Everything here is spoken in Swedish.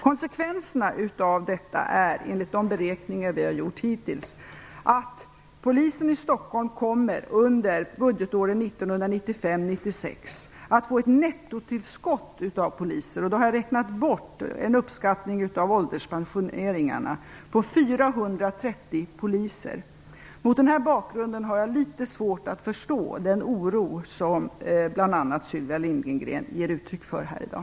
Konsekvenserna av detta är, enligt de beräkningar som vi har gjort hittills, att Polisen i Stockholm under budgetåren 1995/96 kommer att få ett nettotillskott av poliser - då har vi räknat bort en uppskattad andel av Mot denna bakgrund har jag litet svårt att förstå den oro som bl.a. Sylvia Lindgren ger uttryck för här i dag.